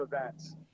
events